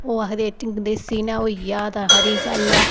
ओह् आखदे देसी नै होई जा तां खरी गल्ल ऐ